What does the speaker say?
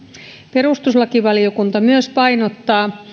perustuslakivaliokunta myös painottaa